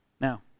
Now